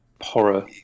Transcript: horror